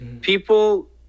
people